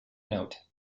note